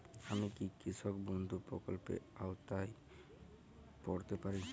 আমি কি কৃষক বন্ধু প্রকল্পের আওতায় পড়তে পারি?